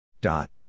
Dot